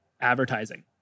Advertising